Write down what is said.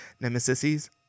Nemesis